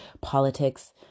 politics